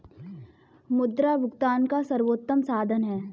मुद्रा भुगतान का सर्वोत्तम साधन है